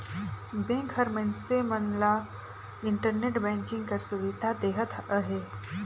bank हर मइनसे मन ल इंटरनेट बैंकिंग कर सुबिधा देहत अहे